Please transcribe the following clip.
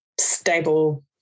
stable